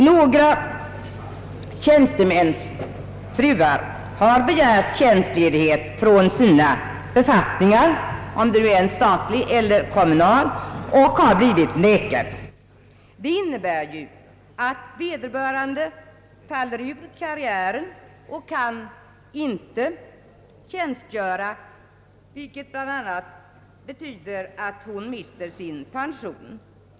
Några tjänstemäns hustrur har begärt tjänstledighet från sina befattningar — statliga eller kommunala — vilket dock förvägrats dem. Detta innebär att vederbörande faller ur karriären och inte kan tjänstgöra, vilket bl.a. betyder att hon mister sin pension.